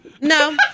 no